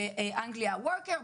באנגליה worker.